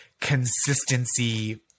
consistency